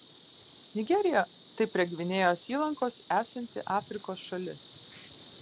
nigerija tai prie gvinėjos įlankos esanti afrikos šalis